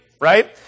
Right